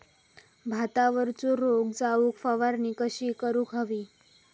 भातावरचो रोग जाऊक फवारणी कशी करूक हवी?